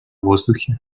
воздухе